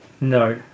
No